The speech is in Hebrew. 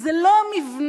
זה לא המבנה,